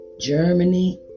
germany